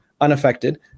unaffected